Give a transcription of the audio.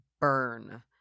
burn